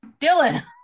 Dylan